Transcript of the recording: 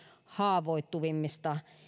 haavoittuvimmista